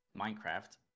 Minecraft